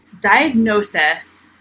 diagnosis